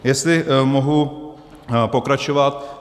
Jestli mohu pokračovat.